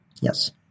Yes